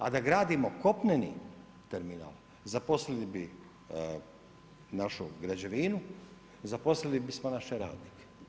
A da gradimo kopneni terminal, zaposlili bi našu građevinu, zaposlili bismo naše radnike.